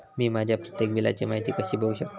मी माझ्या प्रत्येक बिलची माहिती कशी बघू शकतय?